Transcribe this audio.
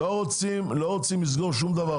לא רוצים לסגור שום דבר,